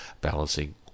balancing